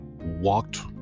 Walked